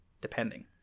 depending